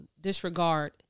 disregard